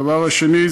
ב.